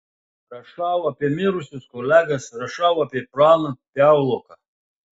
rašau apie mirusius kolegas rašau apie praną piauloką